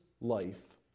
life